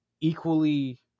equally